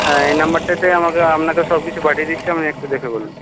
হ্যাঁ এই নাম্বারটাতেই আমাকে আপনাকে সবকিছু পাঠিয়ে দিচ্ছি আমি একটু দেখে বলুন